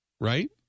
Right